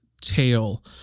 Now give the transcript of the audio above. tail